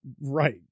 right